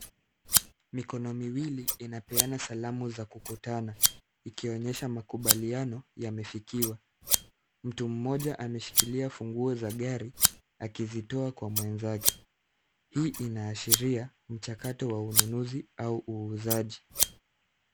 Mikono miwili inapeana salami za kukutana, ikionyesha makubaliano yamefikiwa. Mtu mmoja ameshikilia funguo za gari, akizitoa kwa mwenzake. Hii inaashiria mchakato wa ununuzi au wa uuzaji.